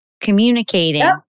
communicating